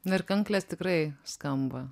na ir kanklės tikrai skamba